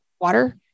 water